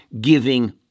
giving